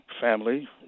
family